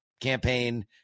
campaign